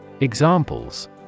Examples